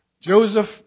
Joseph